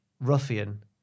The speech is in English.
ruffian